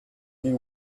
you